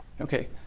Okay